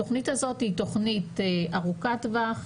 התוכנית הזאת היא תוכנית ארוכת טווח.